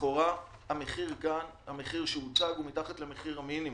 שלכאורה המחיר שהוצע הוא מתחת למחיר מינימום.